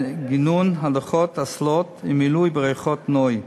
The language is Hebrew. גינון, הדחות מים באסלות ומילוי בריכות נוי.